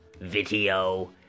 video